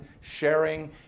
sharing